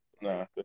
Nah